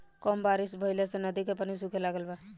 कम बारिश भईला से नदी के पानी सूखे लागल बा